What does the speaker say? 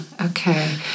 Okay